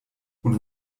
und